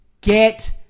Get